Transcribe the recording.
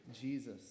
Jesus